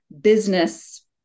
business